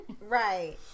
Right